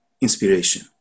inspiration